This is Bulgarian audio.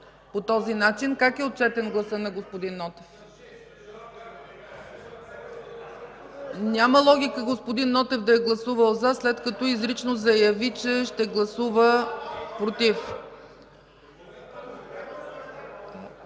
по този начин. Как е отчетен гласът на господин Нотев? Няма логика господин Нотев да е гласувал „за”, след като изрично заяви, че ще гласува „против”.